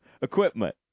equipment